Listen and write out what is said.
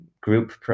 group